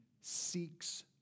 seeks